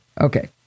Okay